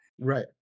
Right